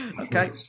Okay